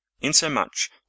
Insomuch